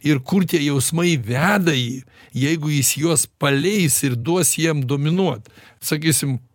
ir kur tie jausmai veda jį jeigu jis juos paleis ir duos jiem dominuot sakysim